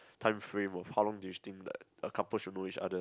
timeframe of how long do you think like a couple should know each other